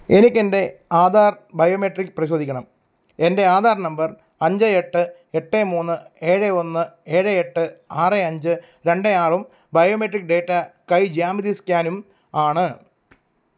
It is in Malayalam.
എനിക്ക് എൻ്റെ ആധാർ ബയോമെട്രിക്സ് പരിശോധിക്കണം എൻ്റെ ആധാർ നമ്പർ അഞ്ച് എട്ട് എട്ട് മൂന്ന് ഏഴ് ഒന്ന് ഏഴ് എട്ട് ആറ് അഞ്ച് രണ്ട് ആറും ബയോമെട്രിക് ഡാറ്റ കൈ ജ്യാമിതി സ്കാനും ആണ്